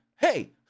Hey